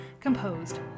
composed